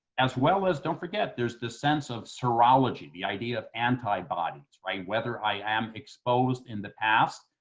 as well as, don't forget, there's the sense of serology, the idea of antibodies, right? whether i am exposed in the past.